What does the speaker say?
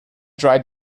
dry